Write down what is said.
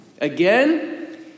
Again